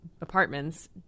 Apartments